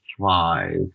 five